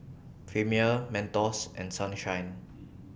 Premier Mentos and Sunshine